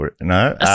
no